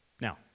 Now